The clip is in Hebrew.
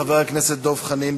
חבר הכנסת דב חנין,